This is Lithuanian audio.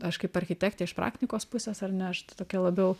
aš kaip architektė iš praktikos pusės ar ne aš tokia labiau